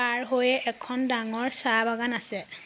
পাৰ হৈ এখন ডাঙৰ চাহ বাগান আছে